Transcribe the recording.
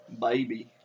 Baby